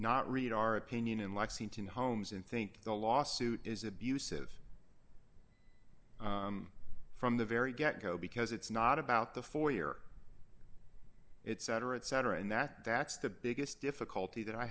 not read our opinion in lexington holmes and think the lawsuit is abusive from the very get go because it's not about the four year it's cetera et cetera and that that's the biggest difficulty that i